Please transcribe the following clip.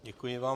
Děkuji vám.